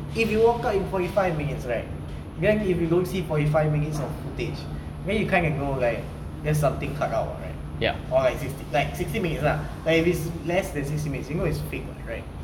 if you walk out in forty five minutes right then if you don't see forty five minutes of footage then you kind of know like there's something cut out what right or like sixty minutes ah like if there is less than sixty minutes you know it's fake what right